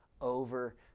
over